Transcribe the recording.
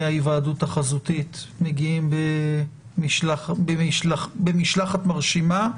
ההיוועדות החזותית מגיעים במשלחת מרשימה.